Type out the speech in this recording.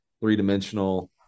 three-dimensional